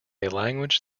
language